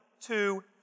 two